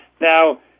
Now